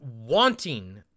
wanting